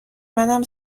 منم